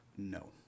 No